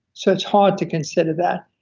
so it's hard to consider that.